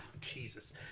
Jesus